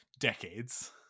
decades